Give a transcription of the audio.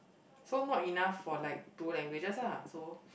so not enough for like two languages ah so